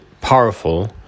powerful